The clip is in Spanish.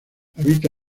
habita